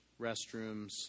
restrooms